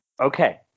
Okay